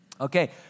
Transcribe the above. Okay